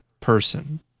person